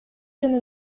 жана